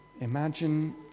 Imagine